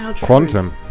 Quantum